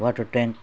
water tank